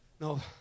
No